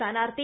സ്ഥാനാർത്ഥി